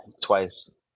twice